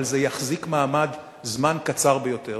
אבל זה יחזיק מעמד זמן קצר ביותר.